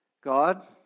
God